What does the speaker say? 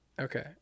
Okay